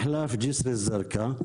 מחלף ג'סר א-זרקא.